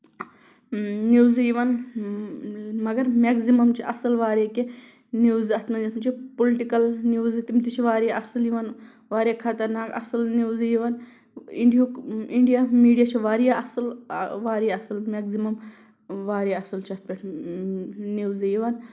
نِوزٕ یِوان مَگر میکزِمم چھِ اَصٕل واریاہ کیٚنٛہہ نِوٕز اَتھ منٛز چھِ پُلٹکل نِوزٕ تِم تہِ واریاہ اصٕل یوان واریاہ خَطرناکھ اصل نِوزٕ یِوان اِنڈیہُک اِنڈین میٖڈیا چھُ واریاہ اَصٕل واریاہ اَصٕل میکزِمم واریاہ اَصٕل چھُ اَتھ پٮ۪ٹھ نِوزٕ یِوان